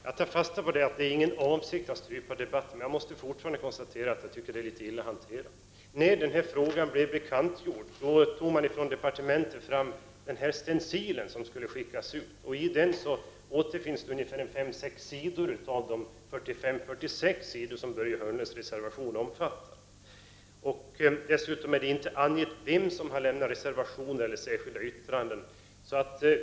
Herr talman! Jag tar fasta på att avsikten inte var att strypa debatten, men jag måste fortfarande konstatera att frågan är illa hanterad. När den här frågan till statsrådet blev bekantgjord tog departementet fram en stencil som skulle skickas ut. I den återfinns ungefär fem sex sidor av de 45-46 sidor som Börje Hörnlunds reservation omfattar. Dessutom är det inte angivet vem som har lämnat reservationer och särskilda yttranden.